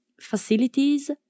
facilities